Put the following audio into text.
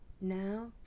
Now